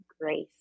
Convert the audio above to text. grace